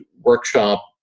workshop